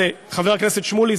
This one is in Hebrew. חבר הכנסת שמולי,